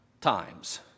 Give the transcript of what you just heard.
times